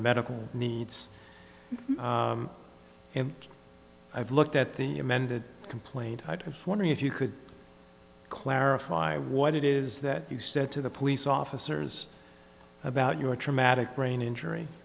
medical needs and i've looked at the amended complaint i wonder if you could clarify what it is that you said to the police officers about your traumatic brain injury